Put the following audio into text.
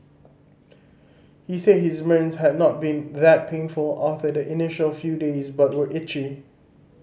he said his burns had not been that painful after the initial few days but were itchy